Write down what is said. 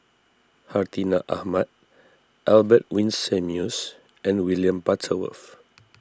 Hartinah Ahmad Albert Winsemius and William Butterworth